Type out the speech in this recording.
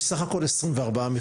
יש סך הכול 24 מקומות,